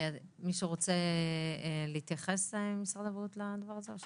מישהו רוצה להתייחס במשרד הבריאות לדבר הזה?